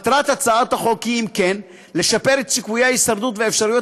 מטרת הצעת החוק היא לשפר את סיכויי ההישרדות ואת אפשרויות